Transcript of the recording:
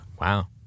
Wow